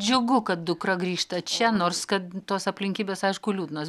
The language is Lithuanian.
džiugu kad dukra grįžta čia nors kad tos aplinkybės aišku liūdnos